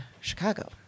Chicago